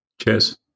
Cheers